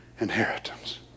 inheritance